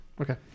Okay